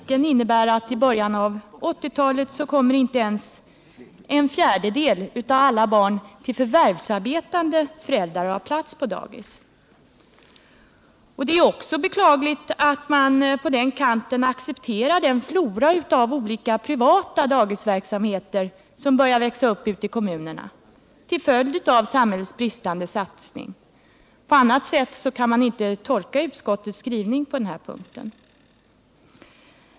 Den innebär i praktiken att inte ens en fjärdedel av alla barn till förvärvsarbetande föräldrar kommer att ha plats på daghem i början av 1980 talet. Det är också beklagligt att man på den kanten accepterar den flora av olika privata daghemsverksamheter som börjar växa upp ute i kommunerna till följd av samhällets bristande satsning - man kan inte tolka utskottets skrivning på den punkten på annat sätt.